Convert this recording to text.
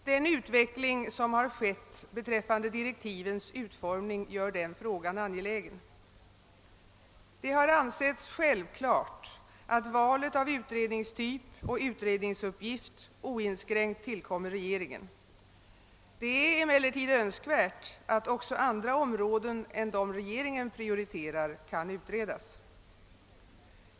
Den utveckling som skett beträffande direktivens utformning gör denna fråga angelägen. Det har ansetts självklart att valet av utredningstyp och utredningsuppgift oinskränkt tillkommer regeringen. Det är emellertid önskvärt att även andra områden än de av regeringen prioriterade kan utredas.